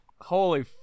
Holy